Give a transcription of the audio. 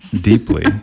deeply